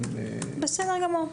בסדר גמור,